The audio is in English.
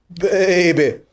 baby